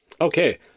Okay